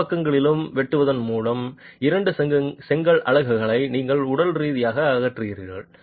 எல்லா பக்கங்களிலும் வெட்டுவதன் மூலம் இரண்டு செங்கல் அலகுகளை நீங்கள் உடல் ரீதியாக அகற்றுவீர்கள்